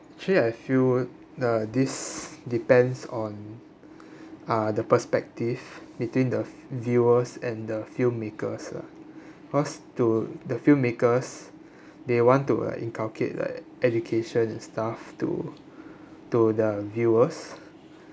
actually I feel uh this depends on uh the perspective between the v~ viewers and the filmmakers lah cause to the filmmakers they want like to inculcate like education and stuff to to the viewers